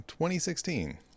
2016